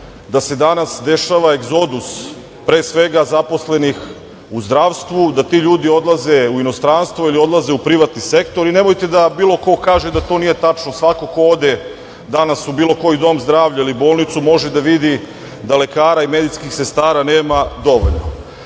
da se danas dešava egzodus pre svega zaposlenih u zdravstvu, da ti ljudi odlaze u inostranstvo ili odlaze u privatni sektor. Nemojte da bilo ko kaže da to nije tačno. Svako ko ode danas u bilo koji dom zdravlja ili u bolnicu, može da vidi da lekara i medicinskih sestara nema dovoljno.